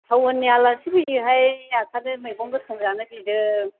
टाउननि आलासि फैयोहाय ओंखायनो मैगं गोथां जानो बिदों